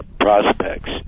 prospects